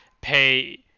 pay